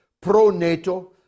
pro-NATO